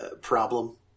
problem